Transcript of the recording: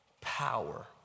power